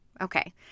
Okay